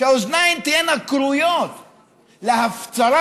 שהאוזניים תהיינה כרויות להפצרה.